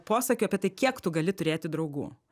posakių apie tai kiek tu gali turėti draugų